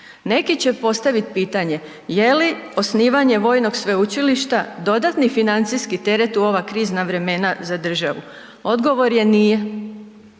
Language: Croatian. Neki će postaviti pitanje, je li osnivanje vojnog sveučilišta dodatni financijski teret u ova krizna vremena za državu? Odgovor je nije.